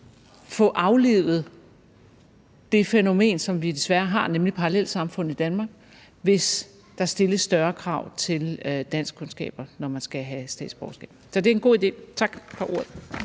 få aflivet det fænomen, som vi desværre har, nemlig parallelsamfund i Danmark, hvis der stilles større krav til danskkundskaber, når man skal have statsborgerskab. Så det er en god idé. Tak for ordet.